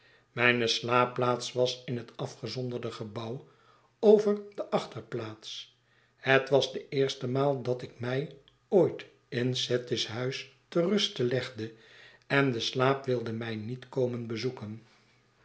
mijne slaapplaats was in het afgezonderde gebouw over de achterplaats het was de eerste maal dat ik mij ooit in satis huis te rust legde en de slaap wilde mij niet komen bezoeken